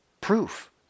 proof